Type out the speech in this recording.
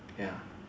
ya